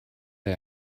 der